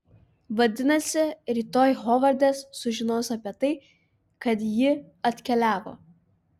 vadinasi rytoj hovardas sužinos apie tai kad ji atkeliavo